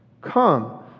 Come